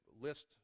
list